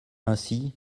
ainsi